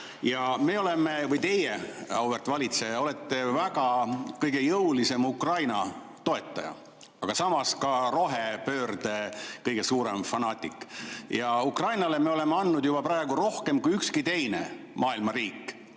Me oleme ... Või teie, auväärt valitseja, olete kõige jõulisem Ukraina toetaja, aga samas ka rohepöörde kõige suurem fanaatik. Ukrainale me oleme andnud juba praegu rohkem kui ükski teine maailma riik